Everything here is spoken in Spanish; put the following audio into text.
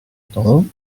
todo